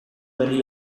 berri